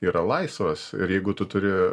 yra laisvas ir jeigu tu turi